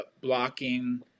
blocking